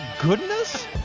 goodness